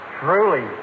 truly